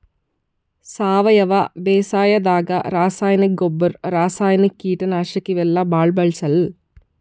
ಸಾವಯವ ಬೇಸಾಯಾದಾಗ ರಾಸಾಯನಿಕ್ ಗೊಬ್ಬರ್, ರಾಸಾಯನಿಕ್ ಕೀಟನಾಶಕ್ ಇವೆಲ್ಲಾ ಭಾಳ್ ಬಳ್ಸಲ್ಲ್